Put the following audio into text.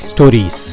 Stories